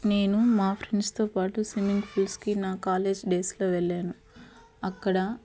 నేను మా ఫ్రెండ్స్తో పాటు స్విమ్మింగ్ ఫూల్స్కి నా కాలేజ్ డేస్లో వెళ్ళాను అక్కడ